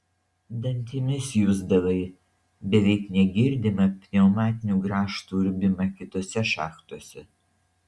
dantimis jusdavai beveik negirdimą pneumatinių grąžtų urbimą kitose šachtose